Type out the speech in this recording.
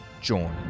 join